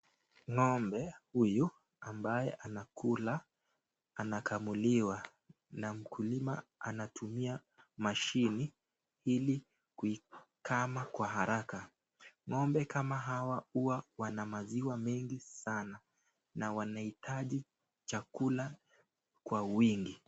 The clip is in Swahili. Ng'ombe huyu ambaye anakuna anakaguliwa na mkulima anatumia mashini ilikuikana kwa haraka ng'ombe kama hawa wanamaziwa mengi sana na wanahitaji chakula kwa uwingi